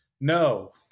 No